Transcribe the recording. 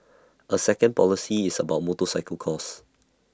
A second policy is about motorcycle costs